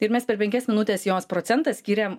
ir mes per penkias minutes jos procentą skyrėm